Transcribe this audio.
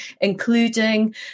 including